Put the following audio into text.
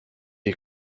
est